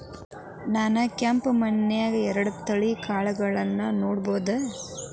ನಾನ್ ಕೆಂಪ್ ಮಣ್ಣನ್ಯಾಗ್ ಎರಡ್ ತಳಿ ಕಾಳ್ಗಳನ್ನು ನೆಡಬೋದ?